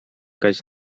kać